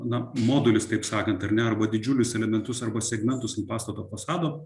na modulius taip sakant ar ne arba didžiulius elementus arba segmentus ant pastato fasado